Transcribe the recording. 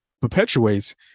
perpetuates